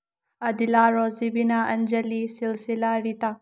ꯑꯗꯤꯂꯥ ꯔꯣꯖꯤꯕꯤꯅꯥ ꯑꯟꯖꯂꯤ ꯁꯤꯜꯁꯤꯂꯥ ꯔꯤꯇꯥ